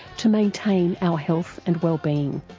to maintain our health and well-being.